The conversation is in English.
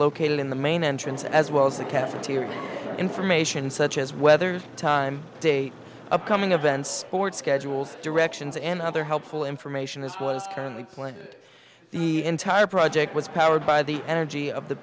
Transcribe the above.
located in the main entrance as well as the cafeteria information such as weather time day upcoming events sports schedules directions and other helpful information as well as currently planned it the entire project was powered by the energy of the